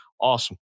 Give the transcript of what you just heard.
Awesome